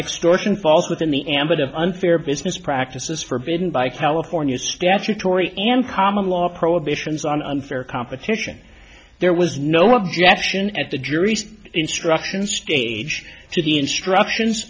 extortion falls within the ambit of unfair business practices forbidding by california statutory and common law prohibitions on unfair competition there was no objection at the jury instructions to the instructions